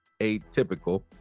atypical